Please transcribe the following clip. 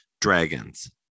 dragons